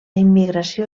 immigració